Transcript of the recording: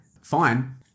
Fine